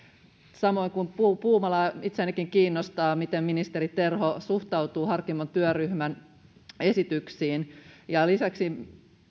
samoin kuin puumalaa itseänikin kiinnostaa miten ministeri terho suhtautuu harkimon työryhmän esityksiin lisäksi